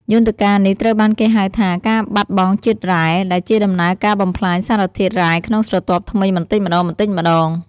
យន្តការនេះត្រូវបានគេហៅថា ការបាត់បង់ជាតិរ៉ែ ដែលជាដំណើរការបំផ្លាញសារធាតុរ៉ែក្នុងស្រទាប់ធ្មេញបន្តិចម្តងៗ។